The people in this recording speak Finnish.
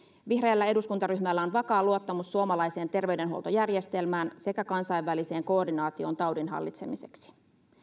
vihreällä eduskuntaryhmällä on vakaa luottamus suomalaiseen terveydenhuoltojärjestelmään sekä kansainväliseen koordinaatioon taudin hallitsemiseksi